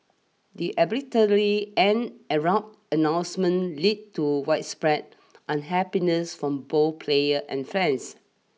the arbitrary and abrupt announcement lead to widespread unhappiness from both player and friends